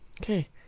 Okay